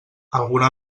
alguna